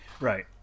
Right